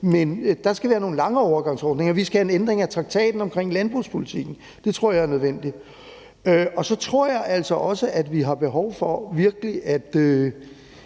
Men der skal vi have nogle lange overgangsordninger. Vi skal have en ændring af traktaten omkring landbrugspolitikken. Det tror jeg er nødvendigt. Så tror jeg altså også, at vi har behov for virkelig at